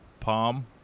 palm